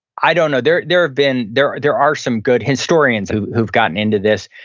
i don't know, there there have been, there are there are some good historians who've gotten into this,